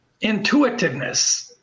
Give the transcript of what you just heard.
intuitiveness